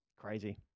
crazy